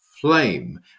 flame